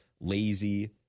Lazy